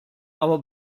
aber